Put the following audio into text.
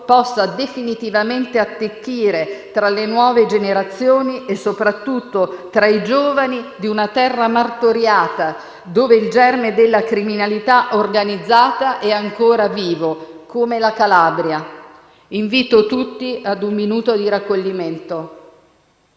possa definitivamente attecchire tra le nuove generazioni e soprattutto tra i giovani di una terra martoriata, dove il germe della criminalità organizzata è ancora vivo, come la Calabria. Invito tutti a un minuto di raccoglimento.